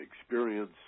experience